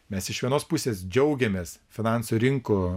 mes iš vienos pusės džiaugiamės finansų rinkų